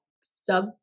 sub-